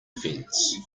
fence